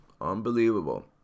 Unbelievable